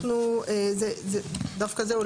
זה לא